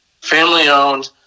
Family-owned